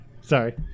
Sorry